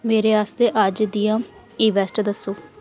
मेरे आस्तै अज्ज दियां इवैस्ट दस्सो